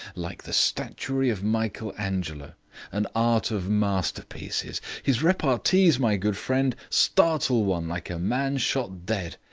like the statuary of michael angelo an art of masterpieces. his repartees, my good friend, startle one like a man shot dead.